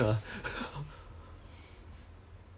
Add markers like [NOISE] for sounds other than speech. orh the whole day 一直被他 grill leh [LAUGHS]